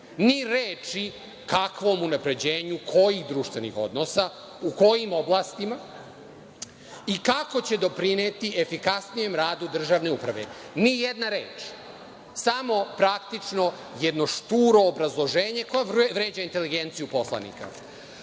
Ni reči kakvom unapređenju, kojih društvenih odnosa, u kojim oblastima i kako će doprineti efikasnijem radu državne uprave, ni jedna reč. Samo praktično jedno šturo obrazloženje koje vređa inteligenciju poslanika. Zatim